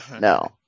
No